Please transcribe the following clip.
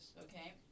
okay